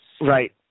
Right